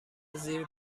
زیر